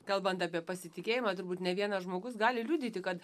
kalbant apie pasitikėjimą turbūt ne vienas žmogus gali liudyti kad